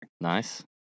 nice